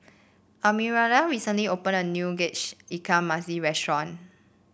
Arminda recently opened a new Tauge Ikan Masin restaurant